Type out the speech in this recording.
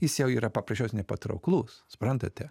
jis jau yra paprasčiausiai nepatrauklus suprantate